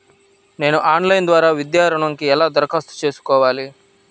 నేను ఆన్లైన్ ద్వారా విద్యా ఋణంకి ఎలా దరఖాస్తు చేసుకోవాలి?